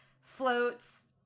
floats